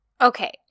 Okay